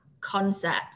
concept